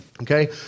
Okay